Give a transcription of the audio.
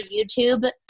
YouTube